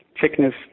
thickness